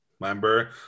remember